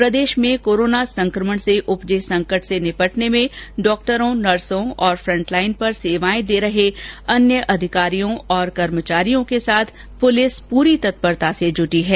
और अब प्रदेश में कोरोना संकमण से उपजे संकट से निपटने में डॉक्टरों नर्सो और फंट लाइन पर सेवाएं दे रहे अन्य अधिकारियों और कर्मचारियों के साथ पुलिस पूरी तत्परता से जुटी है